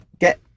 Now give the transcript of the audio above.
get